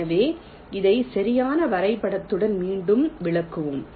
எனவே இதை சரியான வரைபடத்துடன் மீண்டும் விளக்குவோம்